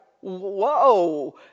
whoa